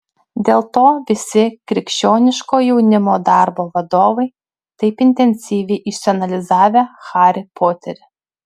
dėl to visi krikščioniško jaunimo darbo vadovai taip intensyviai išsianalizavę harį poterį